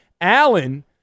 Allen